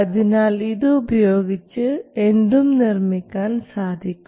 അതിനാൽ ഇത് ഉപയോഗിച്ച് എന്തും നിർമ്മിക്കാൻ സാധിക്കും